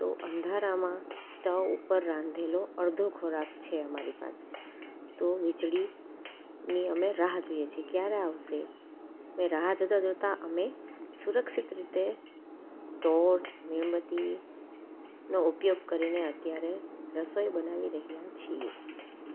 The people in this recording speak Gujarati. તો અંધારામાં સ્ટવ ઉપર રાંધેલો અડધો ખોરાક છે અમારી પાસે તો વીજળીની અમે રાહ જોઈએ છે ક્યારે આવશે ને રાહ જોતાં જોતાં અમે સુરક્ષિત રીતે ટોર્ચ મીણબત્તીનો ઉપયોગ કરીને અત્યારે રસોઈ બનાવી રહ્યાં છીએ